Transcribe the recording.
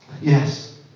yes